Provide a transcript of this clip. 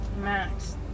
Max